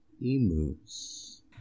emus